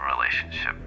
relationship